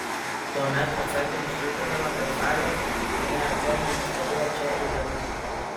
tuomet atsargiai nusliūkinome prie salės kurią buvome pastebėję čia eidami